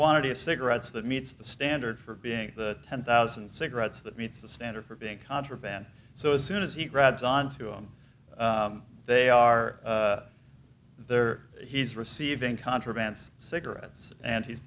quantity of cigarettes that meets the standard for being ten thousand cigarettes that meets the standard for being contraband so as soon as he grabs on to him they are there he's receiving contrabands cigarettes an